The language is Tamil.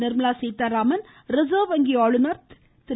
நிர்மலா சீதாராமன் ரிஸர்வ் வங்கி ஆளுநர் திரு